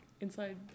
Inside